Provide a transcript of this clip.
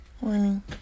morning